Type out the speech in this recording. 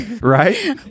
right